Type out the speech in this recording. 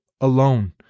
alone